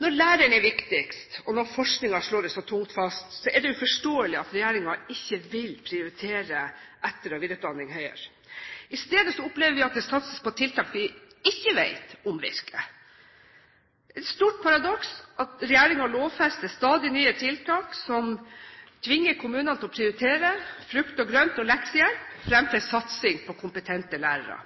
Når læreren er viktigst, og når forskningen slår det så tungt fast, er det uforståelig at regjeringen ikke vil prioritere etter- og videreutdanning høyere. I stedet opplever vi at det satses på tiltak vi ikke vet om virker. Det er et stort paradoks at regjeringen lovfester stadig nye tiltak som tvinger kommunene til å prioritere – frukt og grønt og leksehjelp fremfor satsing på kompetente lærere.